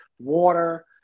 Water